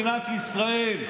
התחיל את כל הכאוס במדינת ישראל,